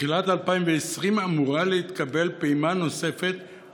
בתחילת 2020 אמורה להתקבל פעימה נוספת,